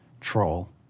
troll